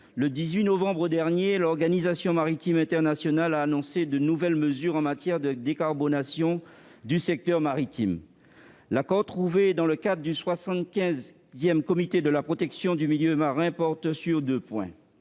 le 18 novembre dernier, l'Organisation maritime internationale (OMI) a annoncé de nouvelles mesures en matière de décarbonation du secteur maritime. L'accord trouvé dans le cadre du 75 Comité de la protection du milieu marin porte sur deux points